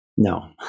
No